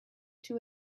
two